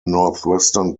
northwestern